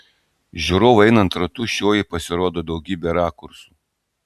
žiūrovui einant ratu šioji pasirodo daugybe rakursų